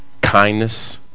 kindness